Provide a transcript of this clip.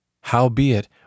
Howbeit